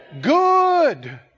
good